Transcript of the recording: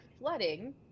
flooding